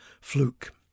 Fluke